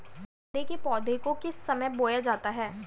गेंदे के पौधे को किस समय बोया जाता है?